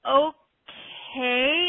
okay